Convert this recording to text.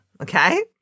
okay